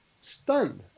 stunned